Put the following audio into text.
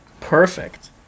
Perfect